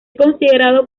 considerado